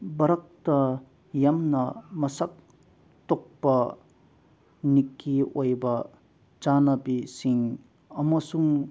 ꯚꯥꯔꯠꯇ ꯌꯥꯝꯅ ꯃꯁꯛ ꯊꯣꯛꯄ ꯅꯥꯠꯀꯤ ꯑꯣꯏꯕ ꯆꯠꯅꯕꯤꯁꯤꯡ ꯑꯃꯁꯨꯡ